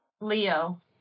Leo